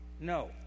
No